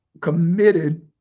committed